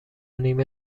نیمه